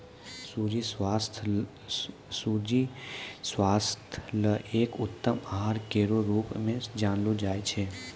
सूजी स्वास्थ्य ल एक उत्तम आहार केरो रूप म जानलो जाय छै